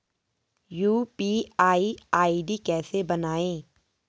UPI ID कैसे बनायें?